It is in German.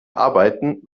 arbeiten